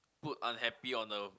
put unhappy on the